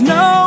no